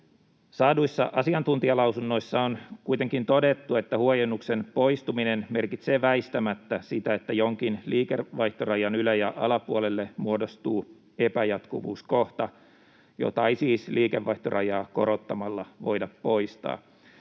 Saaduissa asiantuntijalausunnoissa on kuitenkin todettu, että huojennuksen poistuminen merkitsee väistämättä sitä, että jonkin liikevaihtorajan ylä- ja alapuolelle muodostuu epäjatkuvuuskohta, jota ei siis liikevaihtorajaa korottamalla voida poistaa.